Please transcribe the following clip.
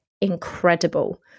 incredible